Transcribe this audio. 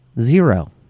Zero